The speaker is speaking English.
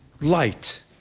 light